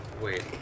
Wait